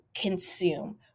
consume